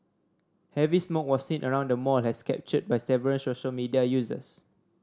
heavy smoke was seen around the mall as captured by several social media users